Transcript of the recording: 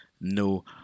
no